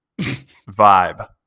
vibe